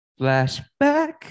Flashback